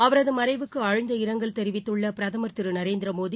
அவரது மறைவுக்கு ஆழ்ந்த இரங்கல் தெரிவித்துள்ள பிரதமர் திரு நரேந்திரமோடி